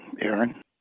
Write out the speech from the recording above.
Aaron